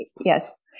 Yes